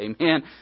Amen